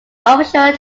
official